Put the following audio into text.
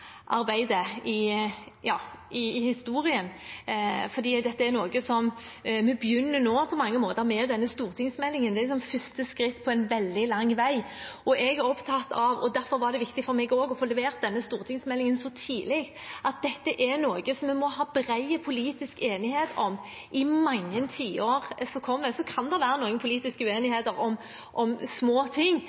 i historien. Vi begynner på mange måter nå med denne stortingsmeldingen, og det er første skritt på en veldig lang vei. Derfor var det viktig for meg å få levert denne stortingsmeldingen så tidlig. Dette er noe vi må ha bred politisk enighet om i mange tiår som kommer. Det kan være noen politiske uenigheter om små ting,